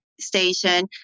station